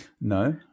no